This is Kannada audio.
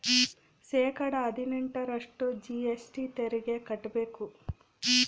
ಶೇಕಡಾ ಹದಿನೆಂಟರಷ್ಟು ಜಿ.ಎಸ್.ಟಿ ತೆರಿಗೆ ಕಟ್ಟ್ಬೇಕು